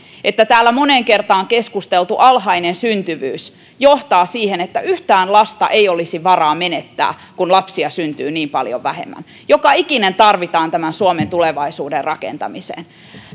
että täällä moneen kertaan keskusteltu alhainen syntyvyys johtaa siihen että yhtään lasta ei olisi varaa menettää kun lapsia syntyy niin paljon vähemmän joka ikinen tarvitaan tämän suomen tulevaisuuden rakentamiseen